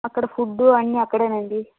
అక్కడ ఫుడ్డు అన్నీ అక్కడేనండి